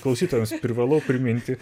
klausytojams privalau priminti